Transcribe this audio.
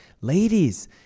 Ladies